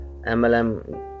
MLM